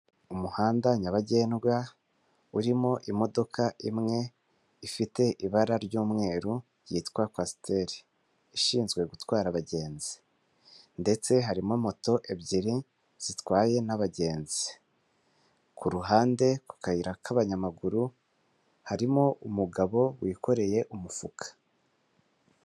Umuhanda nyabagendwa, urimo imodoka imwe ifite ibara ry'umweru, yitwa kwasiteri. Ishinzwe gutwara abagenzi. Ndetse harimo moto ebyiri, zitwaye n'abagenzi. Ku ruhande, ku kayira k'abanyamaguru, harimo umugabo wikoreye umufuka.